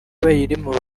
bayirimo